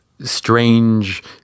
strange